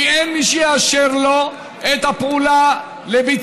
כי אין מי שיאשר את הפעולה לביצוע.